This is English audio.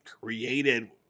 created